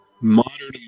modern